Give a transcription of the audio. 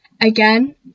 Again